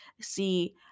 See